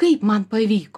kaip man pavyko